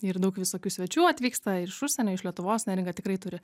ir daug visokių svečių atvyksta iš užsienio iš lietuvos neringa tikrai turi